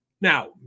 Now